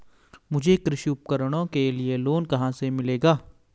मुझे कृषि उपकरणों के लिए लोन कहाँ से मिलेगा?